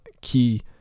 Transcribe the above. key